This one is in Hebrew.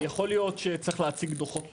יכול להיות שצריך להציג דו"חות פינוי,